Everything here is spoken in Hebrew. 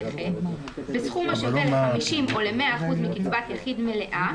בסכום השווה ל-50% או ל-100% מקצבת יחיד מליאה,